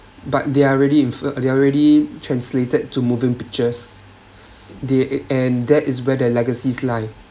but they are already they're already translated to moving pictures they and that is where the legacies lie